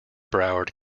broward